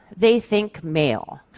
they think male.